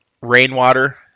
rainwater